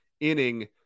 inning